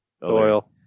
Doyle